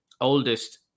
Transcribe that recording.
oldest